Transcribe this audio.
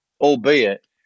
albeit